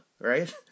right